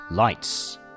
Lights